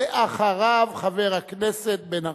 ואחריו, חבר הכנסת בן-ארי.